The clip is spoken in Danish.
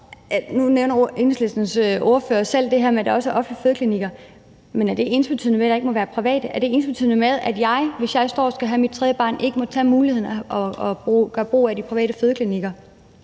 ordfører selv det her med, at der også er offentlige fødeklinikker, men er det ensbetydende med, at der ikke må være private? Er det ensbetydende med, at jeg, hvis jeg skal have mit tredje barn, ikke har mulighed for at gøre brug af de private fødeklinikker?